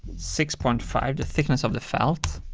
six point five, the thickness of the felt,